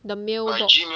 the mailbox